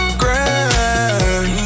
grand